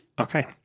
Okay